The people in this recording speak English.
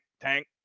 tank